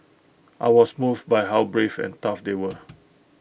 I was moved by how brave and tough they were